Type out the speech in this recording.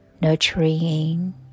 nurturing